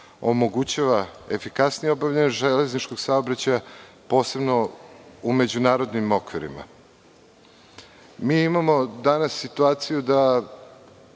omogućava efikasnije obavljanje železničkog saobraćaja, posebno u međunarodnim okvirima. Imamo danas situaciju da